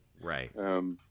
right